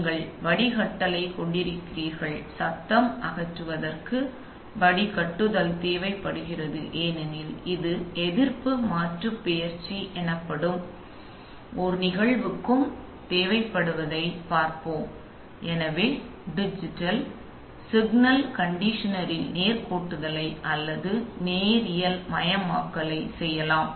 நீங்கள் வடிகட்டலைக் கொண்டிருக்கிறீர்கள் சத்தம் அகற்றுவதற்கு வடிகட்டுதல் தேவைப்படுகிறது ஏனெனில் இது எதிர்ப்பு மாற்றுப்பெயர்ச்சி எனப்படும் ஒரு நிகழ்வுக்கும் தேவைப்படுவதைப் பார்ப்போம் எனவே சிக்னல் கண்டிஷனரில் நேர்கோட்டுதலை அல்லது நேரியல்மயமாக்கலை செய்யலாம்